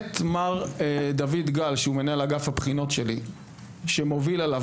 למעט מר דויד גל שהוא מנהל אגף הבחינות שלי ומוביל עליו